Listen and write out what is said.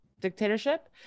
dictatorship